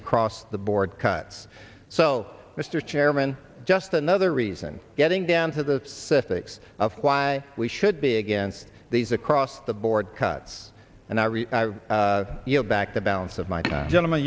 across the board cuts so mr chairman just another reason getting down to this system makes of why we should be against these across the board cuts and i really you know back the balance of my time gentleman